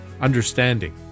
understanding